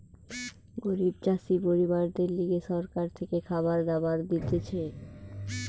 গরিব চাষি পরিবারদের লিগে সরকার থেকে খাবার দাবার দিতেছে